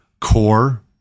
core